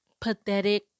pathetic